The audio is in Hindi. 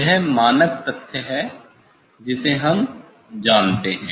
वह मानक तथ्य है जिसे हम जानते हैं